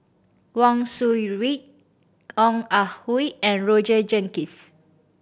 Wang Sui Pick Ong Ah Hoi and Roger Jenkins